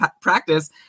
practice